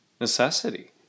necessity